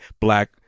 black